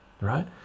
right